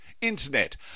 internet